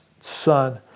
son